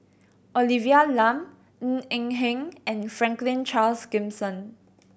Olivia Lum Ng Eng Hen and Franklin Charles Gimson